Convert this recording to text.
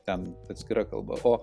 ten atskira kalba o